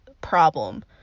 problem